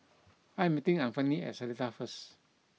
I am meeting Anfernee at Seletar first